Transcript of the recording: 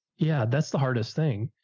yeah. that's the hardest thing.